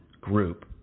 group